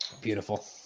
Beautiful